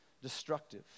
Destructive